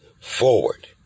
forward